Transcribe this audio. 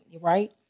right